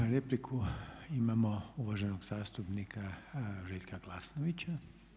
Repliku imamo uvaženog zastupnika Željka Glasnovića.